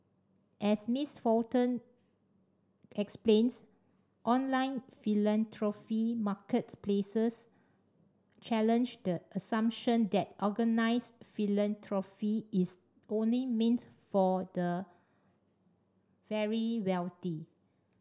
as Miss Fulton explains online philanthropy marketplaces challenge the assumption that organised philanthropy is only meant for the very wealthy